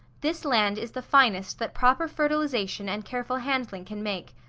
this land is the finest that proper fertilization and careful handling can make.